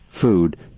food